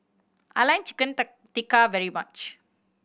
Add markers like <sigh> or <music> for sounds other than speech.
I like Chicken <unintelligible> Tikka very much